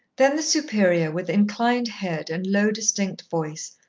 then the superior, with inclined head and low, distinct voice,